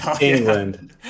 England